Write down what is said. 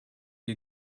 you